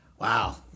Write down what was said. wow